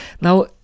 Now